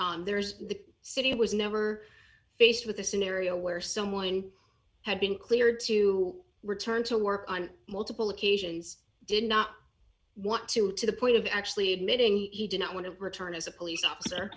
issues there is the city was never faced with a scenario where someone had been cleared to return to work on multiple occasions did not want to to the point of actually admitting he did not want to return as a police officer